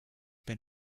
been